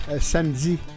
samedi